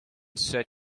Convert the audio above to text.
said